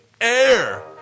air